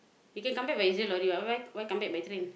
you can come back by using lorry what why come back by train